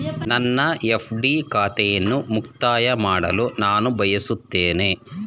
ನನ್ನ ಎಫ್.ಡಿ ಖಾತೆಯನ್ನು ಮುಕ್ತಾಯ ಮಾಡಲು ನಾನು ಬಯಸುತ್ತೇನೆ